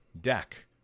deck